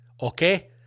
okay